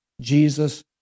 Jesus